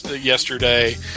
yesterday